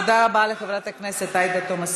תודה רבה לחברת הכנסת עאידה תומא סלימאן.